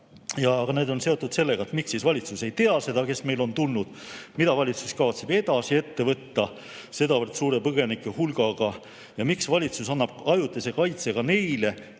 Aga need on seotud sellega, miks siis valitsus ei tea seda, kes meile on tulnud, mida valitsus kavatseb edasi ette võtta sedavõrd suure põgenikehulgaga ja miks valitsus annab ajutise kaitse ka neile,